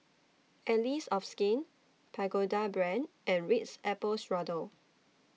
Allies of Skin Pagoda Brand and Ritz Apple Strudel